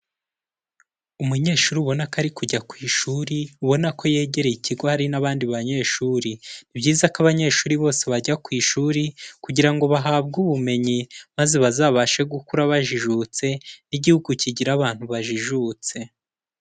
Umunyeshuri ubona ko ari kujya ku ishuri ubona ko yegereye ikigo hari n'abandi banyeshuri, ni byiza ko abanyeshuri bose bajya ku ishuri kugira ngo bahabwe ubumenyi maze bazabashe gukura bajijutse n'igihugu kigire abantu bajijutse.